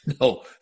No